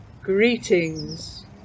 Greetings